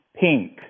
pink